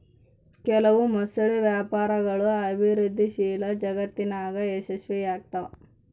ಕೆಲವು ಮೊಸಳೆ ವ್ಯಾಪಾರಗಳು ಅಭಿವೃದ್ಧಿಶೀಲ ಜಗತ್ತಿನಾಗ ಯಶಸ್ವಿಯಾಗ್ತವ